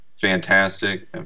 fantastic